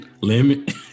Limit